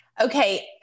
Okay